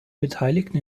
beteiligten